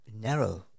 narrow